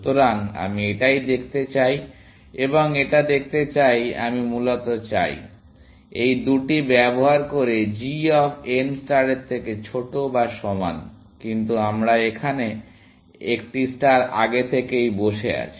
সুতরাং আমি এটাই দেখতে চাই এবং এটা দেখতে চাই আমি মূলত চাই এই দুটি ব্যবহার করে g অফ n স্টারের থেকে ছোট বা সমান কিন্তু আমার সেখানে একটি ষ্টার আগেই বসে আছে